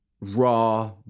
raw